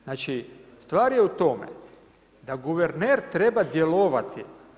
Znači, stvar je u tome da guverner treba djelovati.